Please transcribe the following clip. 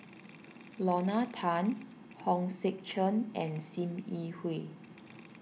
Lorna Tan Hong Sek Chern and Sim Yi Hui